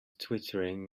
twittering